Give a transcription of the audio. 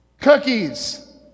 Cookies